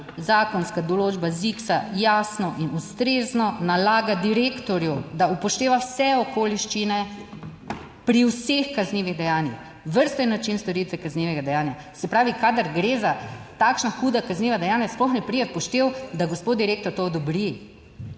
zakonska določba ZIKS jasno in ustrezno nalaga direktorju, da upošteva vse okoliščine pri vseh kaznivih dejanjih, vrsto, način storitve kaznivega dejanja. Se pravi, kadar gre za takšna huda kazniva dejanja, sploh ne pride v poštev, da gospod direktor to odobri,